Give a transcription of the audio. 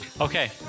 Okay